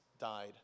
died